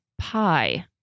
pie